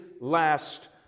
last